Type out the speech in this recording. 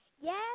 Yes